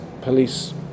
police